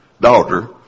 daughter